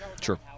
Sure